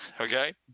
Okay